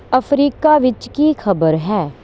Africa ਵਿੱਚ ਕੀ ਖ਼ਬਰ ਹੈ